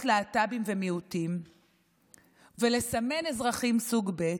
להט"בים ומיעוטים ולסמן אזרחים כסוג ב'